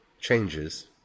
changes